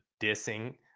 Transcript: dissing